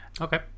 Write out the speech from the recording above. Okay